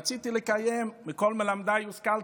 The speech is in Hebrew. רציתי לקיים "מכל מלמדיי השכלתי".